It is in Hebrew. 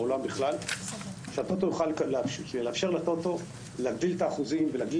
בעולם בכלל לאפשר לטוטו להגדיל את האחוזים ולהגדיל